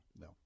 No